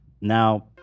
Now